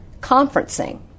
conferencing